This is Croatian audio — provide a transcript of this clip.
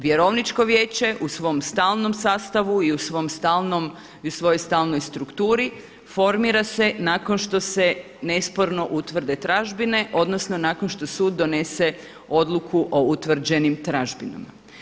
Vjerovničko vijeće u svom stalnom sastavu i u svojoj stalnoj strukturi formira se nakon što se nesporno utvrde tražbine odnosno nakon što sud donese odluku o utvrđenim tražbinama.